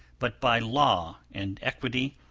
but by law and equity,